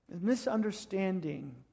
Misunderstanding